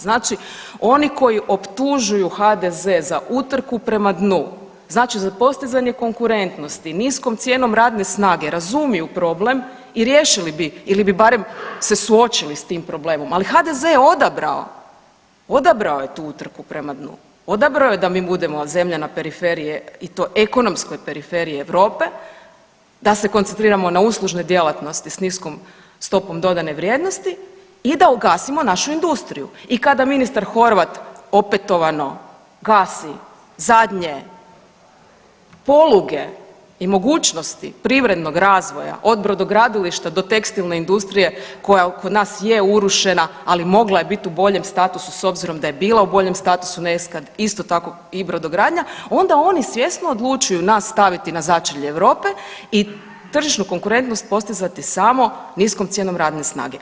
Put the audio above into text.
Znači oni koji optužuju HDZ za utrku prema dnu, znači za postizanje konkurentnosti niskom cijenom radne snage razumiju problem i riješili bi ili bi barem se suočili s tim problemom, ali HDZ je odabrao, odabrao je tu utrku prema dnu, odabrao je da mi budemo zemlja i na periferije, i to ekonomskoj periferiji Europe, da se koncentriramo na uslužne djelatnosti s niskom stopom dodane vrijednosti i da ugasimo našu industriju i kada ministar Horvat opetovano gasi zadnje poluge i mogućnosti privrednog razvoja, od brodogradilišta do tekstilne industrija koja kod nas je urušena, ali mogla je biti u boljem statusu s obzirom da je bila u boljem statusu ... isto tako i brodogradnja, onda oni svjesno odlučuju nas staviti na začelje Europe i tržišnu konkurentnost postizati samo niskom cijenom radne snage.